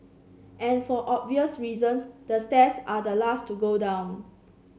and for obvious reasons the stairs are the last to go down